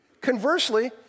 Conversely